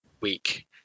week